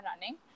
running